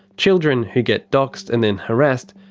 children who get doxed, and then harassed,